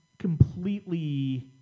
completely